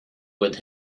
with